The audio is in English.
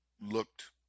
looked